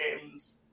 games